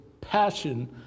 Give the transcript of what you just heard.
passion